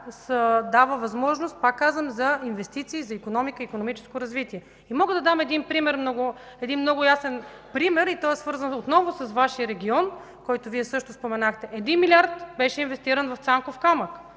дава възможност за инвестиции, за икономика и икономическо развитие. Мога да дам един много ясен пример. Той е свързан отново с Вашия регион, който Вие също споменахте. Един милиард беше инвестиран в „Цанков камък”